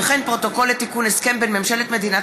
וכן פרוטוקול לתיקון הסכם בין ממשלת מדינת